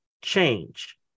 change